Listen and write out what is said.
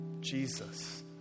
Jesus